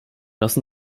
lassen